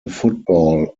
football